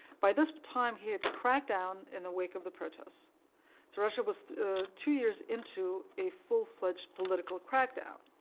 by this time, he had cracked down in the wake of the protests, so russia was two years into a full-fledged political crackdown.